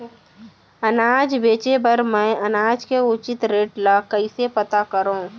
अनाज बेचे बर मैं अनाज के उचित रेट ल कइसे पता करो?